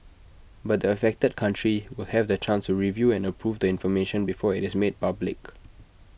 but the affected country will have the chance to review and approve the information before IT is made public